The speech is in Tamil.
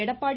எடப்பாடி